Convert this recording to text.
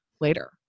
later